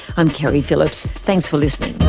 i'm keri phillips. thanks for listening